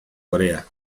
corea